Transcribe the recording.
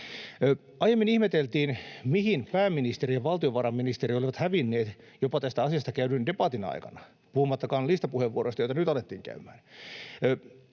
Aiemmin ihmeteltiin, mihin pääministeri ja valtiovarainministeri olivat hävinneet, jopa tästä asiasta käydyn debatin aikana, puhumattakaan listapuheenvuoroista, joita nyt alettiin käymään.